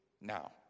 now